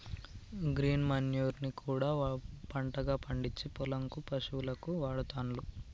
green manure ని కూడా పంటగా పండిచ్చి పొలం కు పశువులకు వాడుతాండ్లు